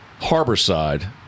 Harborside